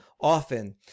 often